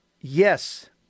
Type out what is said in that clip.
yes